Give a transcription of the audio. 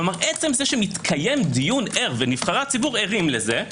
כלומר עצם זה שמתקיים דיון ער ונבחרי הציבור ערים לזה,